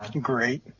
Great